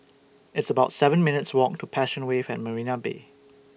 It's about seven minutes' Walk to Passion Wave At Marina Bay